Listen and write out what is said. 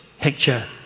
picture